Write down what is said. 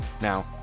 Now